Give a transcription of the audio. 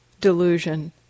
delusion